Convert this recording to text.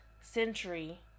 century